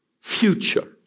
future